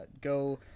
go